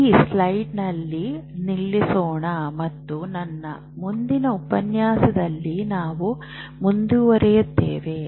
ಈ ಸ್ಲೈಡ್ನಲ್ಲಿ ನಿಲ್ಲಿಸೋಣ ಮತ್ತು ನನ್ನ ಮುಂದಿನ ಉಪನ್ಯಾಸದಲ್ಲಿ ನಾವು ಮುಂದುವರಿಯುತ್ತೇವೆ